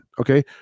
Okay